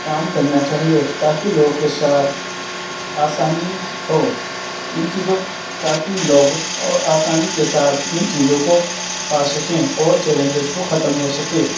کام کرنا چاہیے تا کہ لوگ کے ساتھ آسانی ہو ان چیزوں تا کہ لوگ آسانی کے ساتھ ان چیزوں کو پا سکیں اور چیلنجز کو ختم ہو سکے